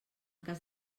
cas